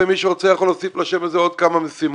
מי שרוצה, יכול להוסיף לשם הזה עוד כמה משימות.